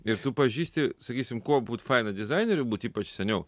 ir tu pažįsti sakysim kuo būt faina dizaineriu būt ypač seniau